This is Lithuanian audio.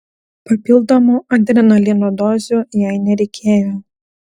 papildomų adrenalino dozių jai nereikėjo